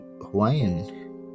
Hawaiian